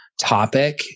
topic